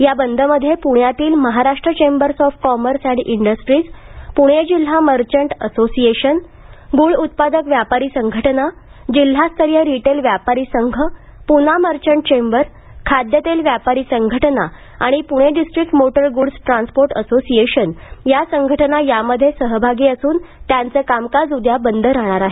या बंद मध्ये पुण्यातील Maharashtra chamber of commerce and industries Pune जिल्हा मर्वट असोसिएशन गुळ उत्पादक व्यापारी संघटना जिल्हास्तरीय रिटेल व्यापारी संघ पूना मर्चट चेंबर खाद्यतेल व्यापारी संघटना आणि Pune district motor goods transport association या संघटना सहभागी असून त्याचं कामकाज उद्या बंद राहणार आहे